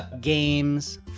games